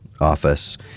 office